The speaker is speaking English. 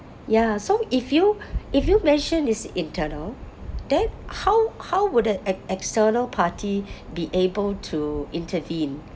ya so if you if you mention it's internal then how how would an ex~ external party be able to intervene